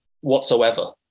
whatsoever